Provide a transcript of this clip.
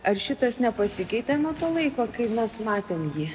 ar šitas nepasikeitė nuo to laiko kai mes matėm jį